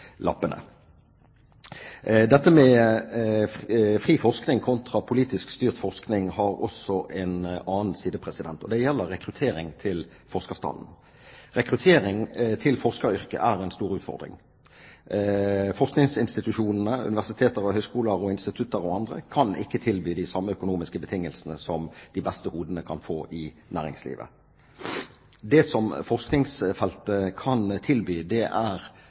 Dette med fri forskning kontra politisk styrt forskning har også en annen side. Det gjelder rekruttering til forskerstanden. Rekruttering til forskeryrket er en stor utfordring. Forskningsinstitusjonene, universiteter, høyskoler, institutter og andre kan ikke tilby de samme økonomiske betingelsene som de beste hodene kan få i næringslivet. Det som forskningsfeltet kan tilby, er spennende muligheter og frihet til å søke i det